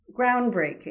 groundbreaking